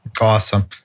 Awesome